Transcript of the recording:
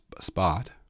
spot